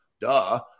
Duh